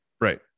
right